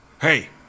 Hey